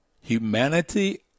humanity